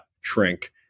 shrink